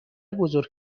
بزرگ